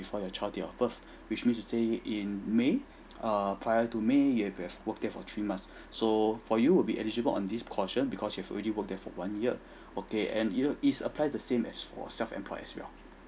before your child date of birth which mean to say in may err prior to may you have to have worked there for three months so for you would be eligible on this portion because you've already work there for one year okay and err it's apply the same as for self employed as well